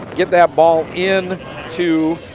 get that ball in to